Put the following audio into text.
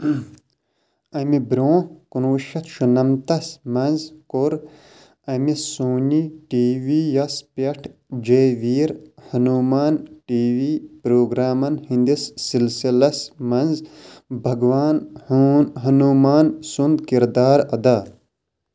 اَمہِ برٛونٛہہ کُنوُہ شَتھ شُنَمتَس منٛز کوٚر أمہِ سونی ٹی وی یَس پٮ۪ٹھ جے ویٖر ہَنومان ٹی وی پرٛوگرامَن ہِنٛدِس سِلسِلَس منٛز بھگوان ہوٗن ہَنُومان سُنٛد کِردار اَدا